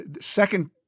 second